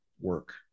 work